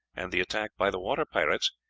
and the attack by the water pirates,